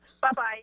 Bye-bye